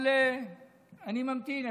אבל אני ממתין.